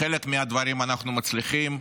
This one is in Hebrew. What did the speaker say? בחלק מהדברים אנחנו מצליחים,